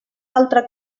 altra